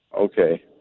Okay